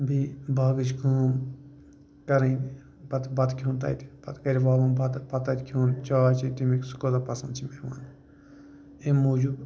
بیٚیہِ باغٕچ کٲم کَرٕنۍ پَتہٕ بَتہٕ کھیٚون تَتہِ پَتہٕ گَرِ والُن بَتہٕ پَتہٕ تَتہِ کھیٚون پَتہٕ تَتہِ چاے چیٚنۍ سُہ کٲژاہ پَسنٛد چھِ مےٚ یِوان اَمہِ موٗجوٗب